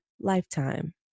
lifetime